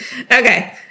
Okay